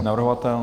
Navrhovatel?